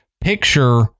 picture